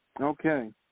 Okay